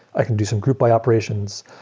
i can do some group by operations,